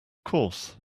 course